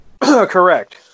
Correct